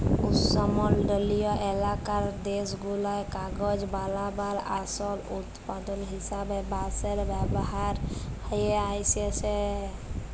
উস্লমলডলিয় ইলাকার দ্যাশগুলায় কাগজ বালাবার আসল উৎপাদল হিসাবে বাঁশের ব্যাভার হঁয়ে আইসছে